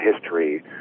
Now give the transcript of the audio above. history